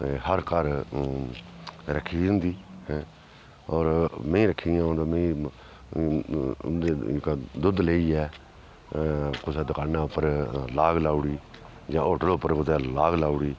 हर घर रक्खी दी होंदी होर मेंही रक्खी दियां न होर मेंही दुद्ध लेइयै कुसै दुकानै उप्पर लाग लाई उड़ी जां होटल उप्पर कुदै लाग लाई उड़ी